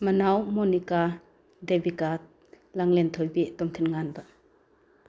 ꯃꯅꯥꯎ ꯃꯣꯅꯤꯀꯥ ꯗꯦꯕꯤꯀꯥ ꯂꯥꯡꯂꯦꯟ ꯊꯣꯏꯕꯤ ꯇꯣꯝꯊꯤꯟ ꯉꯥꯟꯕ